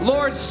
Lord